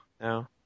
No